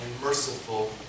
merciful